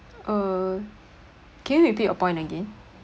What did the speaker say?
uh can you repeat your point again